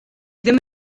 ddim